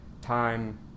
time